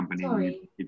Sorry